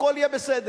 הכול יהיה בסדר.